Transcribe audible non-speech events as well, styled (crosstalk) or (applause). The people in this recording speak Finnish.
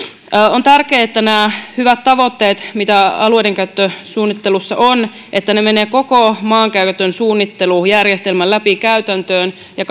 on tärkeää että nämä hyvät tavoitteet mitä alueidenkäyttösuunnittelussa on menevät koko maankäytön suunnittelujärjestelmän läpi käytäntöön ja (unintelligible)